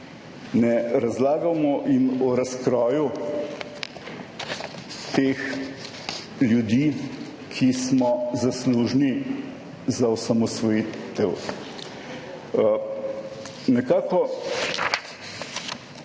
Ne razlagamo jim o razkroju teh ljudi, ki smo zaslužni za osamosvojitev.